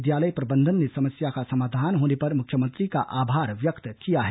विद्यालय प्रबंधन ने समस्या का समाधान होने पर मुख्यमंत्री का आभार व्यक्त किया है